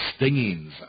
stingings